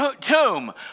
tomb